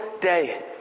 day